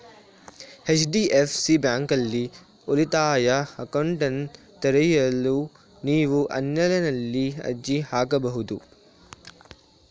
HDFC ಬ್ಯಾಂಕ್ನಲ್ಲಿ ಉಳಿತಾಯ ಅಕೌಂಟ್ನನ್ನ ತೆರೆಯಲು ನೀವು ಆನ್ಲೈನ್ನಲ್ಲಿ ಅರ್ಜಿ ಹಾಕಬಹುದು